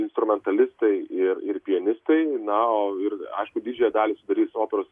instrumentalistai ir ir pianistai na o ir aišku didžiąją dalį sudarys operos